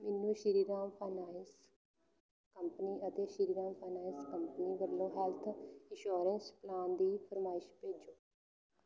ਮੈਨੂੰ Shriram finance company ਅਤੇ Shriram finance company ਵੱਲੋਂ ਹੈੱਲਥ ਇੰਸ਼ੋਰੈਂਸ ਪਲਾਨ ਦੀ ਫਰਮਾਇਸ਼ ਭੇਜੋ